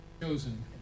chosen